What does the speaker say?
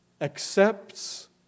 accepts